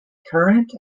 current